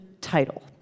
title